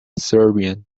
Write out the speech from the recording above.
serbian